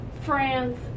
France